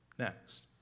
Next